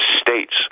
states